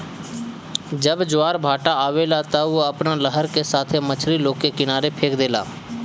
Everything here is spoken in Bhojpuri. जब ज्वारभाटा आवेला त उ अपना लहर का साथे मछरी लोग के किनारे फेक देला